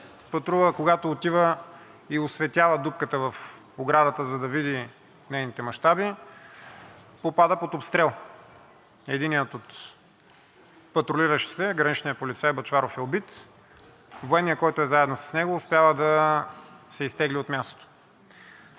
патрулът отива и осветява дупката в оградата, за да види нейните мащаби, попада под обстрел. Единият от патрулиращите – граничният полицай Бъчваров, е убит. Военният, който е заедно с него, успява да се изтегли от мястото.